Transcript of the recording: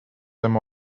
them